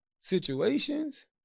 situations